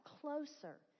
closer